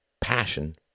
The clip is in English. passion